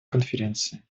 конференции